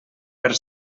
per